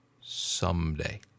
someday